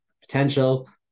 potential